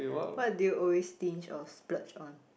what do you always stinge or splurge on